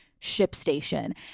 ShipStation